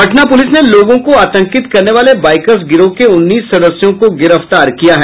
Patna police ने लोगों को आतंकित करने वाले बाइकर्स गिरोह के उन्नीस सदस्यों को गिरफ्तार किया है